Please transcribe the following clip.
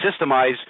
systemize